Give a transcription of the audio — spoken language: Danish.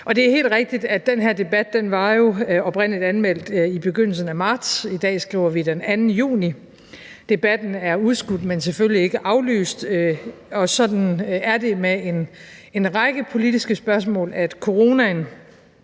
Det er helt rigtigt, at den her debat jo oprindelig var anmeldt i begyndelsen af marts – i dag skriver vi den 2. juni. Debatten er udskudt, men selvfølgelig ikke aflyst, og sådan er det med en række politiske spørgsmål, altså at corona